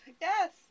Yes